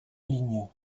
ligne